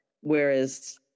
Whereas